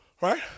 right